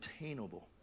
attainable